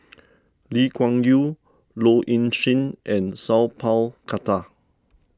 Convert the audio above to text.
Lee Kuan Yew Low Ing Sing and Sat Pal Khattar